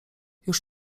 już